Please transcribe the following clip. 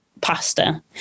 pasta